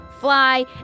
fly